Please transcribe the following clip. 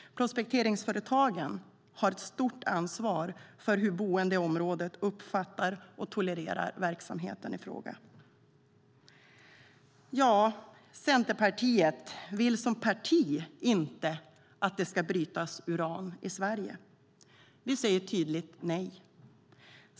Prospekteringsföretagen har ett stort ansvar för hur boende i området uppfattar och tolererar verksamheten ifråga. Centerpartiet vill som parti inte att det ska brytas uran i Sverige. Vi säger tydligt nej.